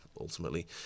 ultimately